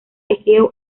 egeo